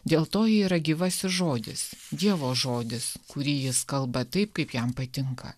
dėl to ji yra gyvasis žodis dievo žodis kurį jis kalba taip kaip jam patinka